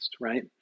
right